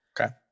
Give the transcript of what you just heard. Okay